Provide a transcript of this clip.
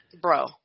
Bro